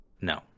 No